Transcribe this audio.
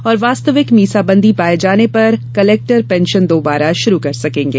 और वास्तविक मीसाबंदी पाये जाने पर कलेक्टर पेंशन दोबारा शुरू कर सकेंगे